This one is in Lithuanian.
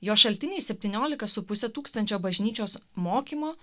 jo šaltiniai septyniolika su puse tūkstančio bažnyčios mokymo